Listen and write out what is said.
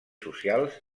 socials